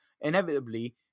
Inevitably